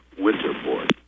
Winterport